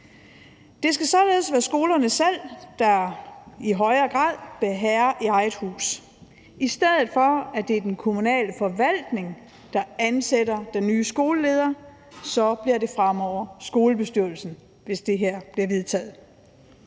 Det skal således være skolerne selv, der i højere grad bliver herre i eget hus. I stedet for at det er den kommunale forvaltning, der ansætter den nye skoleleder, bliver det fremover skolebestyrelsen, hvis det her bliver vedtaget.